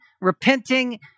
repenting